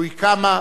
תלוי כמה.